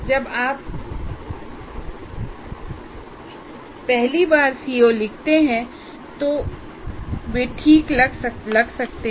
जब आप पहली बार सीओ लिखते हैं तो वे ठीक लग सकते हैं